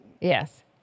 Yes